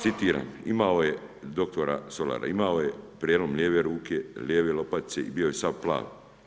Citiram, imao je dr. Solara, imao je prijelom lijeve ruke, lijeve lopatice i bio je sav plav.